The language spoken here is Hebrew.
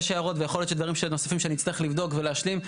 יש הערות ויכול להיות דברים נוספים שנצטרך לבדוק ולהשלים.